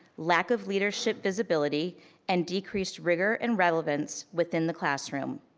lack of leadership visibility and decreased rigor and relevance within the classroom.